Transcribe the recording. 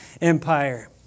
Empire